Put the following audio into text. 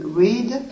read